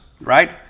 right